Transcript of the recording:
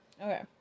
Okay